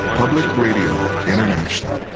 public radio international.